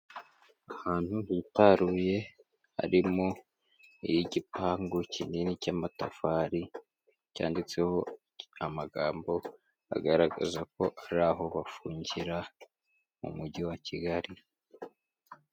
Ahantu hitaruye harimo igipangu kinini cy'amatafari, cyanditseho amagambo agaragaza ko ari aho bafungira mu mujyi wa Kigali.